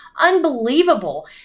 Unbelievable